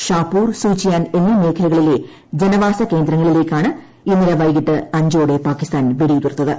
ഷഹാപൂർ സുചിയാൻ എന്നീ മേഖലകളിലെ ജനവാസ കേന്ദ്രങ്ങളിലേയ്ക്കാണ് ഇന്നലെ വൈകിട്ട് അഞ്ചോടെ പാകിസ്ഥാൻ വെടി ഉതിർത്തത്